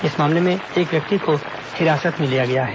इस मामले में एक व्यक्ति को हिरासत में लिया गया है